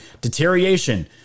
deterioration